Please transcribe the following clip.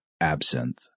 absinthe